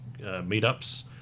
meetups